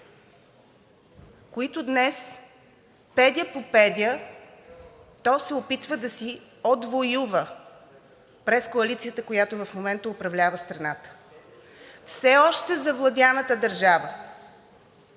които днес педя по педя то се опитва да си отвоюва през коалицията, която в момента управлява страната, все още завладяната държава,